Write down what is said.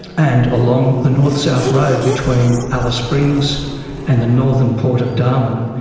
and along the north-south road between alice springs and the northern port of darwin,